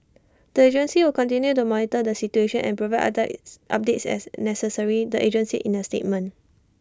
the agency will continue to monitor the situation and provide updates as necessary the agency in A statement